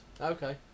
okay